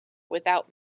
without